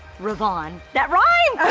ravone. that rhymed!